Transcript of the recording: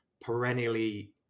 perennially